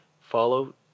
follow